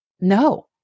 No